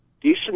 decent